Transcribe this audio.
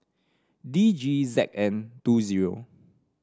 D G Z N two zero